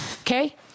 Okay